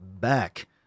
back